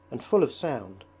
and full of sound.